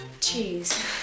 Cheese